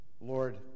Lord